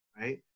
right